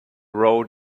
road